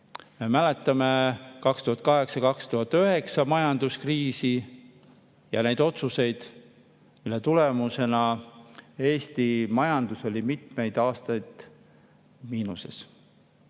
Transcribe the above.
Mäletame 2008–2009 majanduskriisi ja neid otsuseid, mille tulemusena Eesti majandus oli mitmeid aastaid miinuses.